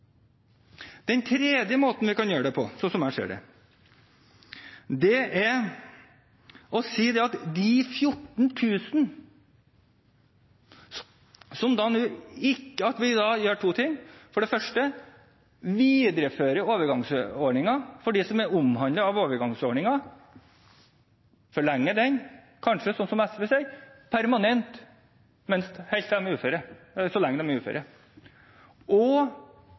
Den tredje måten vi kan gjøre det på, slik som jeg ser det, er å si at vi viderefører overgangsordningen for dem som er omhandlet av overgangsordningen, forlenger den, kanskje, slik som SV sier, permanent, så lenge de er uføre, og kompenserer de 14 000 som nå taper mer en 6 000 kr. Da får vi den samme konsekvensen som